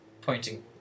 pointing